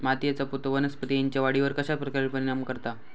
मातीएचा पोत वनस्पतींएच्या वाढीवर कश्या प्रकारे परिणाम करता?